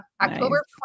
October